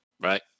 right